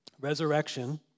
Resurrection